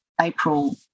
April